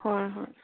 ꯍꯣꯏ ꯍꯣꯏ